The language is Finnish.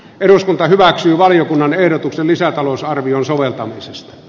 eduskunta hyväksyy valiokunnan ehdotuksen lisätalousarvion soveltamisesta